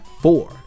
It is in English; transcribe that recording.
four